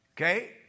Okay